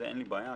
אין לי בעיה,